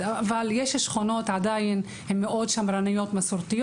יש שכונות שעדיין מאוד מסורתיות